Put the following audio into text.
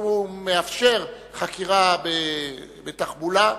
הוא מאפשר חקירה בתחבולה,